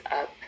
up